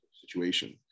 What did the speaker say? situation